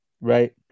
right